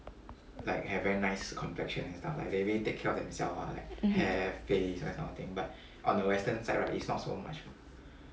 mm hmm